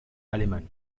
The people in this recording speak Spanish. alemán